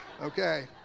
Okay